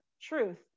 truth